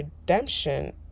redemption